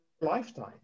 lifetime